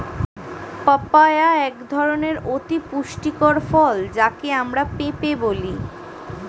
papaya এক ধরনের অতি পুষ্টিকর ফল যাকে আমরা পেঁপে বলি